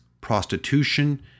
prostitution